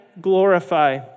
glorify